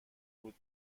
بود